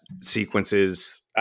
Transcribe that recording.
sequences